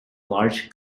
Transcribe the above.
large